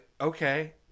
okay